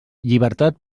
llibertat